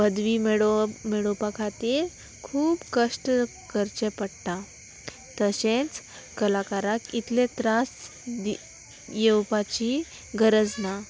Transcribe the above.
पदवी मेडो मेळोवपा खातीर खूब कश्ट करचें पडटा तशेंच कलाकाराक इतले त्रास येवपाची गरज ना